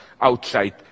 outside